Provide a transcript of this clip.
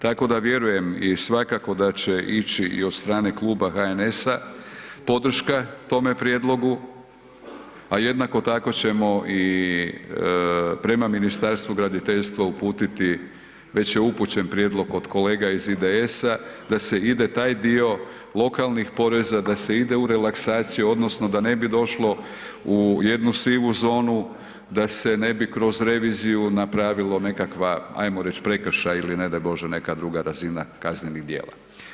Tako da vjerujem i svakako da će ići i od strane kluba HNS-a podrška tome prijedlogu, a jednako tako ćemo i prema Ministarstvu graditeljstva uputiti, već je upućen prijedlog od kolega iz IDS-a, da se ide taj dio lokalnih poreza, da se ide u relaksaciju, odnosno da ne bi došlo u jednu sivu zonu, da ne bi kroz reviziju napravilo nekakva ajmo reći, prekršaj ili ne daj bože, neka druga razina kaznenih djela.